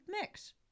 mix